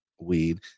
weed